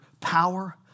power